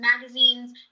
magazines